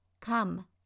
Come